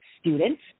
students